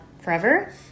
forever